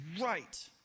right